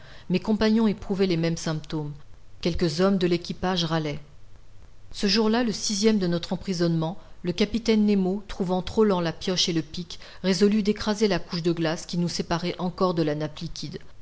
mes compagnons éprouvaient les mêmes symptômes quelques hommes de l'équipage râlaient ce jour-là le sixième de notre emprisonnement le capitaine nemo trouvant trop lents la pioche et le pic résolut d'écraser la couche de glaces qui nous séparait encore de la nappe liquide